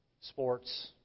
Sports